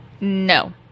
No